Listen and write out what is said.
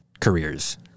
careers